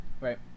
right